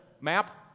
Map